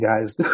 guys